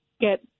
get